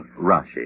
Rashi